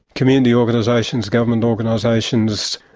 community organisations, government organisations,